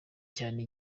cyane